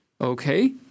okay